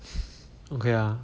okay ah